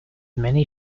many